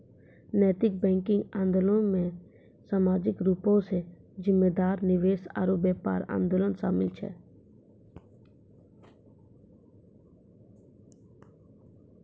नैतिक बैंकिंग आंदोलनो मे समाजिक रूपो से जिम्मेदार निवेश आरु व्यापार आंदोलन शामिल छै